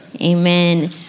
Amen